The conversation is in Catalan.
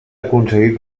aconseguit